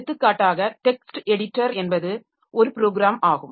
எடுத்துக்காட்டாக text editor என்பது ஒரு ப்ரோக்ராம் ஆகும்